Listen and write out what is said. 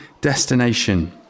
destination